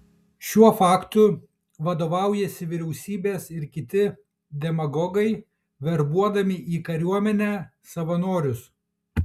šiuo faktu vadovaujasi vyriausybės ir kiti demagogai verbuodami į kariuomenę savanorius